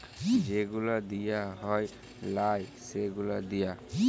যে গুলা দিঁয়া হ্যয় লায় সে গুলা দিঁয়া